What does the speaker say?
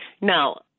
Now